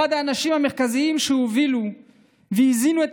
אחד האנשים המרכזיים שהובילו והזינו את